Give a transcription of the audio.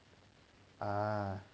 ah